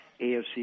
AFC